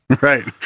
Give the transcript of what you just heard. Right